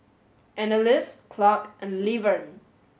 Annalise Clarke and Levern